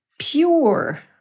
pure